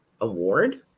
award